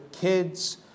kids